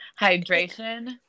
Hydration